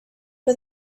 but